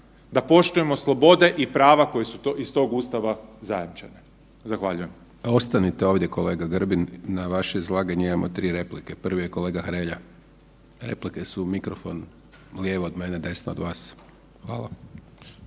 da poštujemo slobode i prava koje su iz tog Ustava zajamčene. Zahvaljujem. **Hajdaš Dončić, Siniša (SDP)** Ostanite ovdje kolega GRbin, na vaše izlaganje imamo tri replike. Prvi je kolega Hrelja. Replike su u mikrofon lijevo od mene, desno od vas. Hvala.